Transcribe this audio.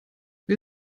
wir